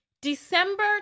December